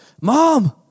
Mom